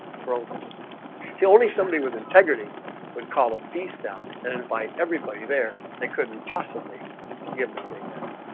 brokenness see only somebody with integrity would call a feast out and invite everybody there. they couldn't possibly give him anything back